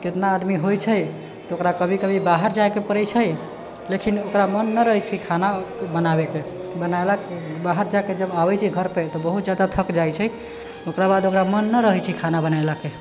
कतेक आदमी होइत छै तऽ ओकरा कभी कभी बाहर जायके पड़ैत छै लेकिन ओकरा मन नहि रहैत छै खाना बनाबैके बाहर जाके जब आबैत छै घर पर बहुत जादा थक जाइत छै ओकरा बाद ओकरा मन नहि रहैत छै खाना बनैलाके